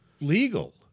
legal